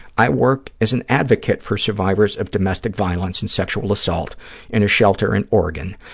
i work as an advocate for survivors of domestic violence and sexual assault in a shelter in oregon,